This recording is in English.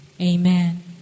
Amen